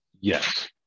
Yes